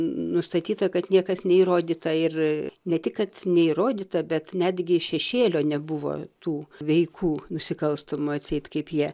nustatyta kad niekas neįrodyta ir ne tik kad neįrodyta bet netgi šešėlio nebuvo tų veikų nusikalstamų atseit kaip jie